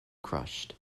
crushed